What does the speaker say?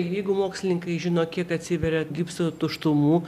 jeigu mokslininkai žino kiek atsiveria gipso tuštumų